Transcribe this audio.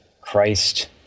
Christ